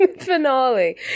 finale